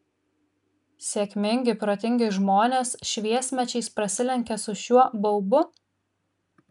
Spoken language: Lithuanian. sėkmingi protingi žmonės šviesmečiais prasilenkia su šiuo baubu